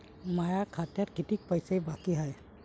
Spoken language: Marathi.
माया खात्यात कितीक पैसे बाकी हाय?